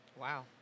Wow